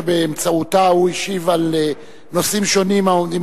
שבאמצעותה הוא השיב על נושאים שונים העומדים